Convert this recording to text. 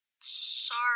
Sorry